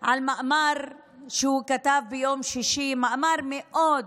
על מאמר שהוא כתב ביום שישי, מאמר מאוד